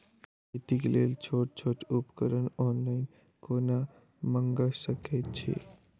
खेतीक लेल छोट छोट उपकरण ऑनलाइन कोना मंगा सकैत छी?